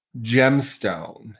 gemstone